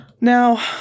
Now